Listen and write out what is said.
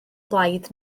blaid